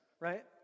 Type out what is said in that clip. right